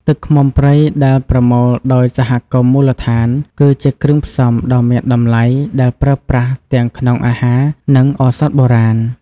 ទឹកឃ្មុំព្រៃដែលប្រមូលដោយសហគមន៍មូលដ្ឋាន គឺជាគ្រឿងផ្សំដ៏មានតម្លៃដែលប្រើប្រាស់ទាំងក្នុងអាហារ និងឱសថបុរាណ។